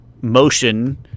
motion